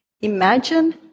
Imagine